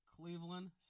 Cleveland